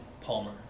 Palmer